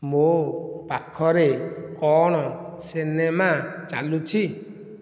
ମୋ' ପାଖରେ କ'ଣ ସିନେମା ଚାଲୁଛି